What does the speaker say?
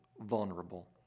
vulnerable